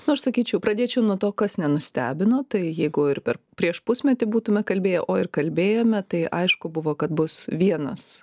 nu aš sakyčiau pradėčiau nuo to kas nenustebino tai jeigu ir per prieš pusmetį būtume kalbėję o ir kalbėjome tai aišku buvo kad bus vienas